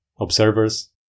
observers